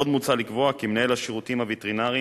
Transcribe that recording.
עוד מוצע לקבוע כי מנהל השירותים הווטרינריים